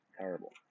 terrible